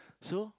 so